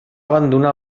abandonar